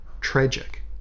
tragic